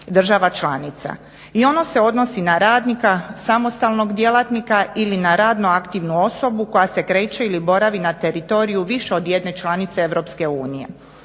država članica. I ono se odnosi na radnika, samostalnog djelatnika ili na radno aktivnu osobu koja se kreće ili boravi na teritoriju više od jedne članice EU